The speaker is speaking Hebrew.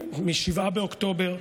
מ-7 באוקטובר,